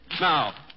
Now